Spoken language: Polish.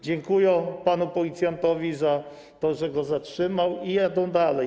Dziękują panu policjantowi za to, że ich zatrzymał, i jadą dalej.